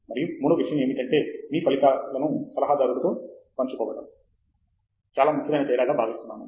మరియు మూడవ విషయం ఏమిటంటే మీ ఫలితాలను సలహాదారుతో పంచుకోవడం చాలా ముఖ్యమైన తేడా భావిస్తున్నాను